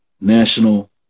National